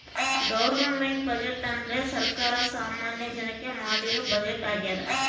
government budget ಅಂದ್ರೆ ಸರ್ಕಾರ ಸಾಮಾನ್ಯ ಜನಕ್ಕೆ ಮಾಡಿರೋ ಬಜೆಟ್ ಆಗ್ಯದ